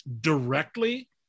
directly